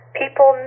people